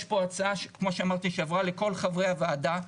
יש פה הצעה, כמו שאמרתי, שעברה לכל חברי הוועדה.